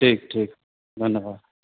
ठीक ठीक धन्यवाद